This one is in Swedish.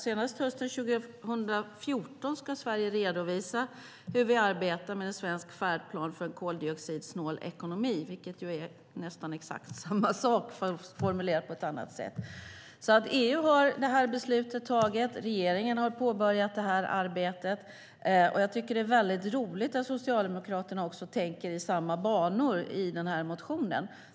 Senast hösten 2014 ska Sverige redovisa hur vi arbetar med en svensk färdplan för koldioxidsnål ekonomi, vilket ju är nästan exakt samma sak fast formulerat på ett annat sätt. EU har tagit det här beslutet. Regeringen har påbörjat det här arbetet, och jag tycker att det är väldigt roligt att Socialdemokraterna också tänker i samma banor i den här motionen.